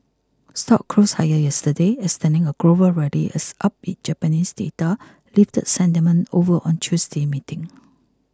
stocks closed higher yesterday extending a global rally as upbeat Japanese data lifted sentiment over on Tuesday's meeting